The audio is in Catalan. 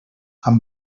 amb